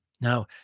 Now